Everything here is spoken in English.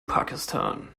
pakistan